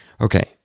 Okay